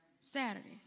Saturday